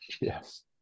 Yes